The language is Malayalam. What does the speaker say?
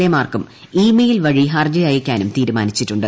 എ മാർക്കും ഇ മെയിൽ വഴി ഹർജി അയയ്ക്കാനും തീരുമാനിച്ചിട്ടുണ്ട്